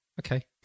Okay